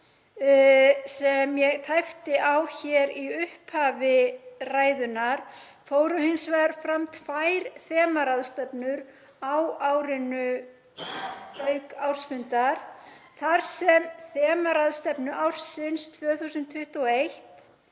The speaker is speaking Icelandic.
sem ég tæpti á í upphafi ræðunnar fóru hins vegar fram tvær þemaráðstefnur á árinu, auk ársfundar, þar sem þemaráðstefnu ársins 2021